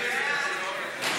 ומוסי רז,